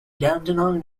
dandenong